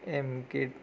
એમ કે